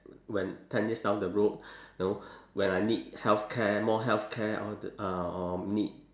when ten years down the road know when I need healthcare more healthcare all th~ or or need